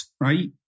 right